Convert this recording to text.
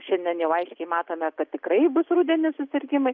šiandien jau aiškiai matome kad tikrai bus rudenį susirgimais